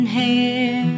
hair